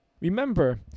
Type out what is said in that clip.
Remember